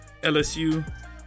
LSU